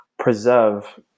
preserve